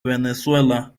venezuela